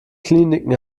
kliniken